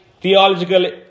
theological